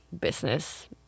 business